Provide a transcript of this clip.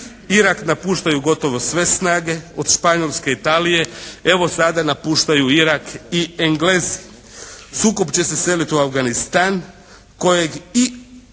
Irak napuštaju gotovo sve snage od Španjolske i Italije. Evo, sada napuštaju Irak i Englezi. Sukob će se selit u Afganistan kojeg i